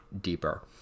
deeper